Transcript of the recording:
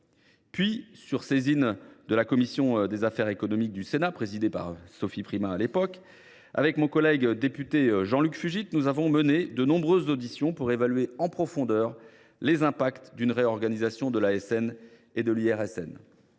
Puis, sur saisine de la commission des affaires économiques du Sénat, alors présidée par Sophie Primas, avec mon collègue député Jean Luc Fugit, nous avons mené de nombreuses auditions pour évaluer en profondeur les impacts d’une réorganisation de l’ASN et de l’IRSN.